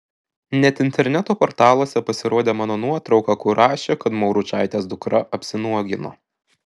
net interneto portaluose pasirodė mano nuotrauka kur rašė kad mauručaitės dukra apsinuogino